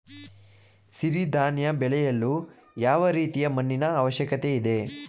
ಸಿರಿ ಧಾನ್ಯ ಬೆಳೆಯಲು ಯಾವ ರೀತಿಯ ಮಣ್ಣಿನ ಅವಶ್ಯಕತೆ ಇದೆ?